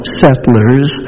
settlers